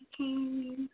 Okay